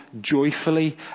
joyfully